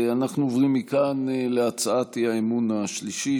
אנחנו עוברים מכאן להצעת האי-אמון השלישית,